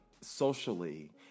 socially